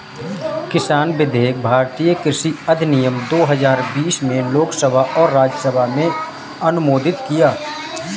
किसान विधेयक भारतीय कृषि अधिनियम दो हजार बीस में लोकसभा और राज्यसभा में अनुमोदित किया